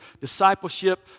discipleship